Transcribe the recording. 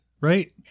right